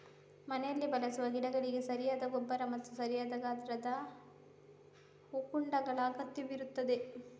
ಮನೆಯಲ್ಲಿ ಬೆಳೆಸುವ ಗಿಡಗಳಿಗೆ ಸರಿಯಾದ ಗೊಬ್ಬರ ಮತ್ತು ಸರಿಯಾದ ಗಾತ್ರದ ಹೂಕುಂಡಗಳ ಅಗತ್ಯವಿರುತ್ತದೆ